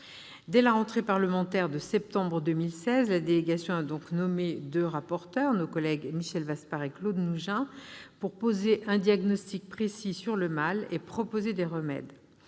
Dès la rentrée parlementaire de septembre 2016, la délégation a donc nommé deux rapporteurs- nos collègues Michel Vaspart et Claude Nougein -pour poser un diagnostic précis sur le mal et proposer des remèdes.